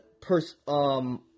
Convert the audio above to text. person